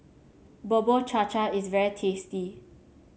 Bubur Cha Cha is very tasty